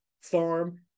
farm